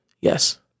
Yes